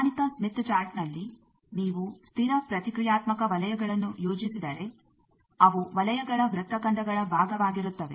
ಪ್ರಮಾಣಿತ ಸ್ಮಿತ್ ಚಾರ್ಟ್ನಲ್ಲಿ ನೀವು ಸ್ಥಿರ ಪ್ರತಿಕ್ರಿಯಾತ್ಮಕ ವಲಯಗಳನ್ನು ಯೋಜಿಸಿದರೆ ಅವು ವಲಯಗಳ ವೃತ್ತಖಂಡಗಳ ಭಾಗವಾಗಿರುತ್ತವೆ